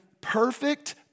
perfect